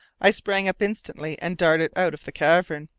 i sprang up instantly and darted out of the cavern,